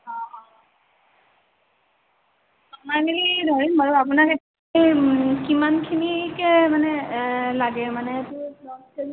অঁ অঁ কমাই মেলি ধৰিম বাৰু আপোনাৰ কিমানখিনিকে মানে লাগে মানে এইটো দহ কেজি